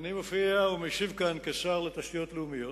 אני מופיע ומשיב כאן כשר התשתיות הלאומיות.